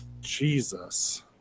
Jesus